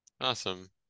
Awesome